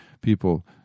People